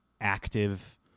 active